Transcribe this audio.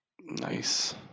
Nice